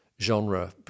genre